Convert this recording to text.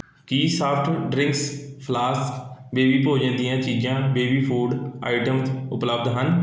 ਕੀ soft drinks flask baby ਭੋਜਨ ਦੀਆਂ ਚੀਜ਼ਾਂ ਬੇਬੀ ਫੂਡ ਆਈਟਮ ਉਪਲਬਧ ਹਨ